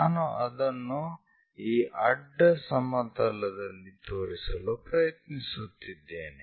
ನಾನು ಅದನ್ನು ಈ ಅಡ್ಡ ಸಮತಲದಲ್ಲಿ ತೋರಿಸಲು ಪ್ರಯತ್ನಿಸುತ್ತಿದ್ದೇನೆ